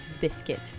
biscuit